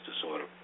disorder